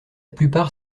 plupart